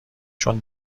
چون